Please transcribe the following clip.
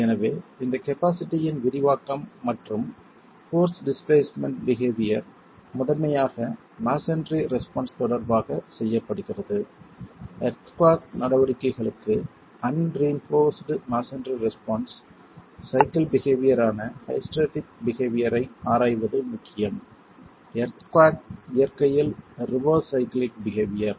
எனவே இந்த கபாஸிட்டியின் விரிவாக்கம் மற்றும் போர்ஸ் டிஸ்பிளேஸ்மென்ட் பிஹேவியர் முதன்மையாக மஸோன்றி ரெஸ்பான்ஸ் தொடர்பாக செய்யப்படுகிறது எர்த்குவாக் நடவடிக்கைகளுக்கு unreinforced masonry response cyclic behaviour ஆன ஹைஸ்டெரெடிக் பிஹேவியர் ஐ ஆராய்வது முக்கியம் எர்த்குவாக் இயற்கையில் ரிவெர்ஸ் சைக்ளிக் பிஹேவியர்